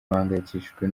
bahangayikishijwe